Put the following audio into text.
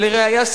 ולראיה,